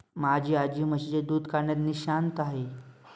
माझी आजी म्हशीचे दूध काढण्यात निष्णात आहे